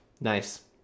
Nice